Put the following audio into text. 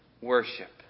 worship